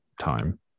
time